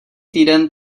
týden